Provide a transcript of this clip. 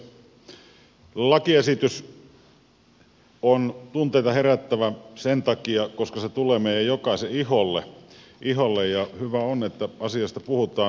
lakiesitys on tunteita herättävä sen takia että se tulee meidän jokaisen iholle ja hyvä on että asiasta puhutaan